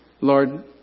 Lord